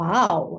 Wow